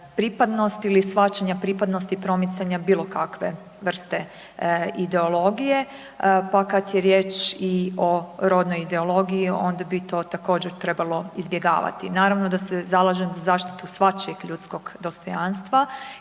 pripadnosti ili shvaćanja pripadnosti promicanja bilokakve vrste ideologije pa kad je riječ i o rodnoj ideologiji, onda bi to također trebalo izbjegavati. Naravno da se zalažem za zaštitu svačijeg ljudskog dostojanstva